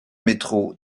métro